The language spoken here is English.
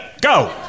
go